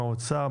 האוצר,